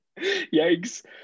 Yikes